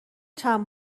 چند